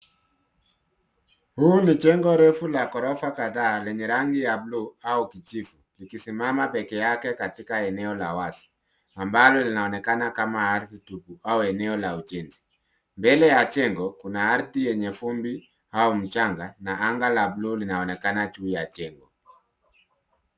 Huu ni jengo refu la ghorofa kadhaa lenye rangi ya bluu au kijivu likisimama peke yake katika eneo la wazi ambalo linaonekana kama ardhi tupu au eneo la ujenzi. Mbele ya jengo kuna ardhi yenye vumbi au mchanga. Anga la bluu linaonekana juu ya jengo.